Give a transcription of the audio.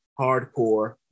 hardcore